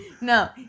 No